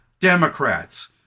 Democrats